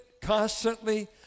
constantly